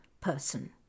person